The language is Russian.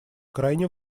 крайне